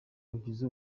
ugize